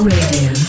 Radio